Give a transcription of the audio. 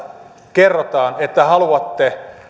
kerrotaan että haluatte